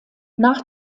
nach